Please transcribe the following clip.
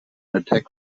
attack